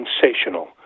sensational